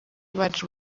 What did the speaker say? bacu